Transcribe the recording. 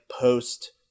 post